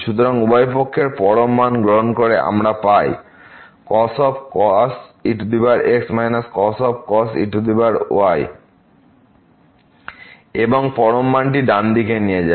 সুতরাং উভয় পক্ষের পরম মান গ্রহণ করে আমরা পাই cos e x cos e y এবং এই পরম মানটি ডানদিকে নিয়ে যাবে